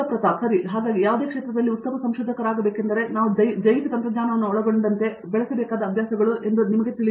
ಪ್ರತಾಪ್ ಹರಿಡೋಸ್ ಸರಿ ಹಾಗಾಗಿ ಯಾವುದೇ ಕ್ಷೇತ್ರದಲ್ಲಿ ಉತ್ತಮ ಸಂಶೋಧಕರಾಗಬೇಕೆಂದರೆ ನಾವು ಜೈವಿಕ ತಂತ್ರಜ್ಞಾನವನ್ನು ಒಳಗೊಂಡಂತೆ ಬೆಳೆಸಬೇಕಾದ ಅಭ್ಯಾಸಗಳೆಂದು ಅವರು ನಿಮಗೆ ತಿಳಿಸಬೇಕು